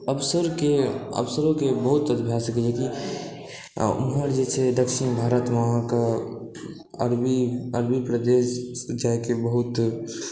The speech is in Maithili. अवसरके अवसरोके बहुत भए सकै छै कि ओमहर जे छै दक्षिण भारतमे अहाँके अरबी अरबी प्रदेश जाइके बहुत